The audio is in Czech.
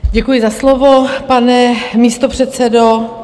Děkuji za slovo, pane místopředsedo.